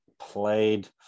played